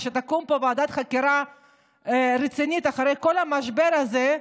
וכשתקום פה ועדת חקירה רצינית אחרי כל המשבר הזה,